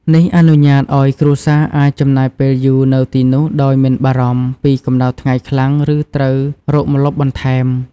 នេះអនុញ្ញាតឲ្យគ្រួសារអាចចំណាយពេលយូរនៅទីនោះដោយមិនបារម្ភពីកំដៅថ្ងៃខ្លាំងឬត្រូវរកម្លប់បន្ថែម។